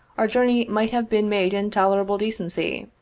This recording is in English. our jour ney might have been made in tolerable decency,